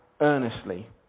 earnestly